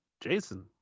Jason